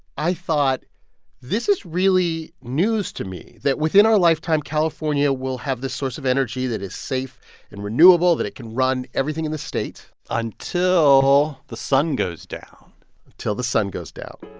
i thought this is really news to me, that within our lifetime, california will have the source of energy that is safe and renewable, that it can run everything in the state until the sun goes down until the sun goes down.